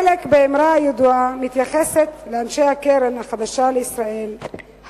איזה חלק באמרה הידועה מתייחס לאנשי הקרן החדשה לישראל,